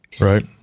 Right